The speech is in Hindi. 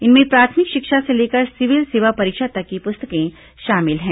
इनमें प्राथमिक शिक्षा से लेकर सिविल सेवा परीक्षा तक की पुस्तकें शामिल हैं